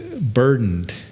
burdened